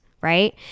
right